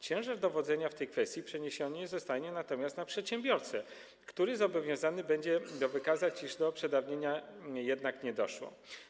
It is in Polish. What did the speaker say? Ciężar dowodzenia w tej kwestii przeniesiony zostanie natomiast na przedsiębiorcę, który zobowiązany będzie wykazać, iż do przedawnienia jednak nie doszło.